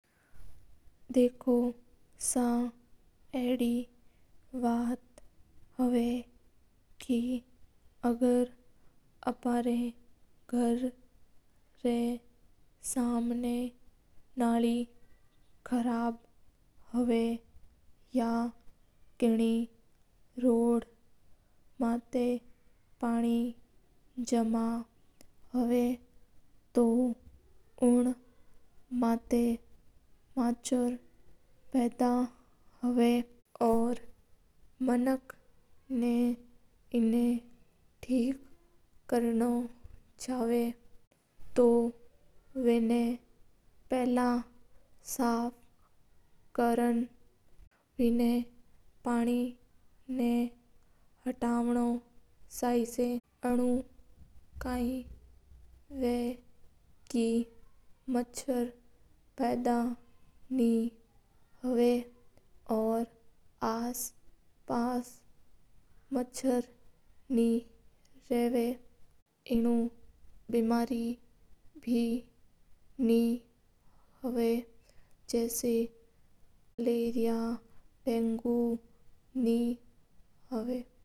देखो सा हुकूम अडी बात हावा के अपना गर रा बर या कोई रोड माता नाली खराब हावा तो बिन माता मच्छर पड़ा हावा। तो मनक बिन ठीक कर नो चावा तो पहला पानी ना हटव नो पड़ी और सकफ कर नो पड़ी हाँ। वनु काय होवा का आस पास बे बीमारी नहीं होवा और ना हे फेला जसा डेंगू।